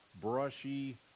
brushy